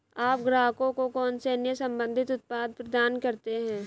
आप ग्राहकों को कौन से अन्य संबंधित उत्पाद प्रदान करते हैं?